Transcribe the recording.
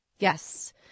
Yes